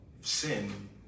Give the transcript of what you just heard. sin